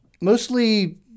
Mostly